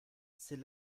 c’est